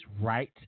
right